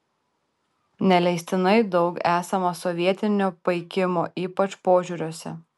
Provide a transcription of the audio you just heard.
neleistinai daug esama sovietinio paikimo ypač požiūriuose